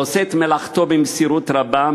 הוא עושה את מלאכתו במסירות רבה,